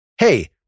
hey